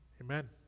Amen